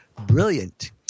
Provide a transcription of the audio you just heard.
Brilliant